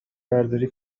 برداری